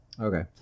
okay